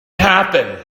happened